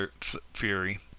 fury